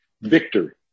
Victory